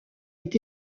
est